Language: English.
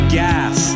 gas